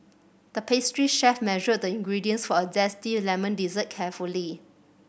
the pastry chef measured the ingredients for a zesty lemon dessert carefully